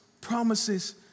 promises